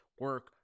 Work